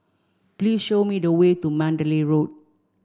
please show me the way to Mandalay Road